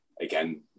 again